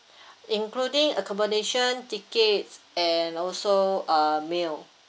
including accommodation tickets and also uh meal